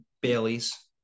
Bailey's